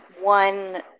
One